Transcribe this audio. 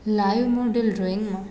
live model ડ્રોઇંગમાં